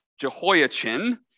Jehoiachin